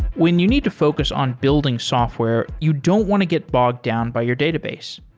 when you need to focus on building software, you don't want to get bogged down by your database.